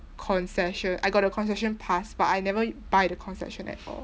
concession I got the concession pass but I never buy the concession at all